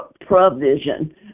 provision